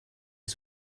les